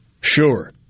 Sure